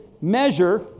measure